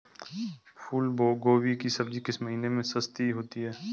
फूल गोभी की सब्जी किस महीने में सस्ती होती है?